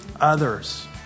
others